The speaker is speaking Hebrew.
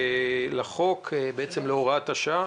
3 להוראת השעה,